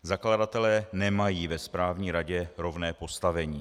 Zakladatelé nemají ve správní radě rovné postavení.